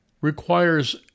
requires